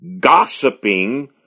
gossiping